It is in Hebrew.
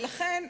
ולכן,